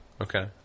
Okay